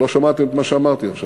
אז למה לא ענית ליוזמה הסעודית?